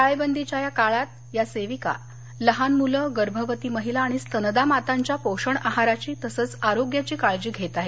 टाळेबंदीच्या काळात या सेविका लहान मुलं गर्भवती महिला आणि स्तनदा मातांच्या पोषण आहाराची तसंच आरोग्याची काळजी घेत आहे